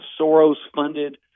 Soros-funded